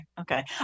Okay